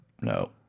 No